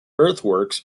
earthworks